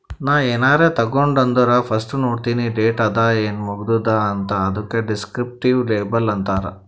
ನಾ ಏನಾರೇ ತಗೊಂಡ್ ಅಂದುರ್ ಫಸ್ಟ್ ನೋಡ್ತೀನಿ ಡೇಟ್ ಅದ ಏನ್ ಮುಗದೂದ ಅಂತ್, ಅದುಕ ದಿಸ್ಕ್ರಿಪ್ಟಿವ್ ಲೇಬಲ್ ಅಂತಾರ್